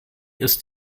ist